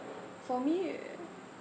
for me